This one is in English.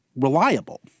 reliable